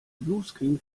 bluescreen